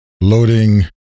loading